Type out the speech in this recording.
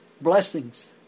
blessings